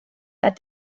that